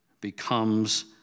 becomes